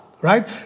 right